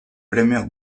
premio